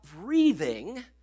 breathing